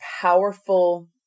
powerful